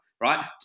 Right